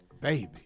Baby